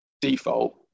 default